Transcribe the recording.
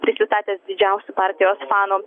prisistatęs didžiausiu partijos fanu